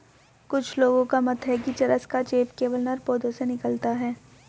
कुछ लोगों का मत है कि चरस का चेप केवल नर पौधों से निकलता है